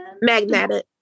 magnetic